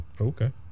Okay